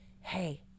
Hey